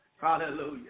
Hallelujah